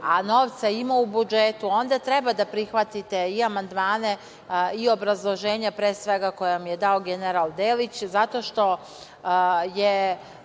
a novca ima u budžetu, onda treba da prihvatite i amandmane i obrazloženja, pre svega koja vam je dao general Delić, zato što to